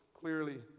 clearly